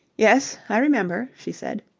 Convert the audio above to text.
yes, i remember, she said.